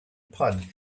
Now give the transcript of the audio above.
pod